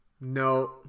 No